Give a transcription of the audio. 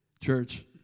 Church